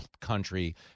country